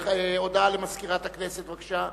הודעה למזכירת הכנסת, בבקשה.